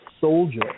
soldier